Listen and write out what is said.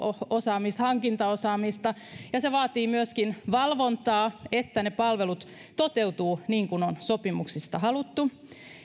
osaamista ja hankintaosaamista ja se vaatii myöskin valvontaa että ne palvelut toteutuvat niin kuin on sopimuksissa haluttu